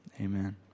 amen